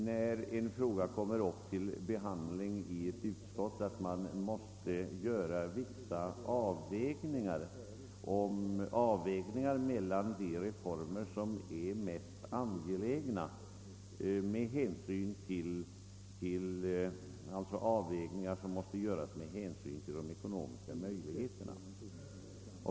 När en fråga kommer upp till behandling i ett utskott, måste utskottet med hänsyn till de ekonomiska möjligheterna göra vissa avvägningar mellan olika reformkrav.